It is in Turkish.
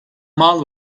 mal